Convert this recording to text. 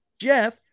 Jeff